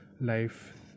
life